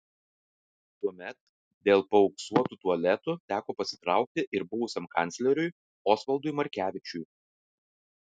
tuomet dėl paauksuotų tualetų teko pasitraukti ir buvusiam kancleriui osvaldui markevičiui